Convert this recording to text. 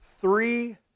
three